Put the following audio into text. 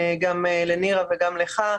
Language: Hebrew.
גם לנירה וגם לך.